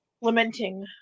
lamenting